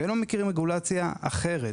והם לא מכירים רגולציה אחרת.